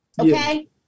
okay